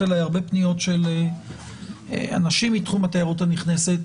אלי הרבה פניות של אנשים מתחום התיירות הנכנסת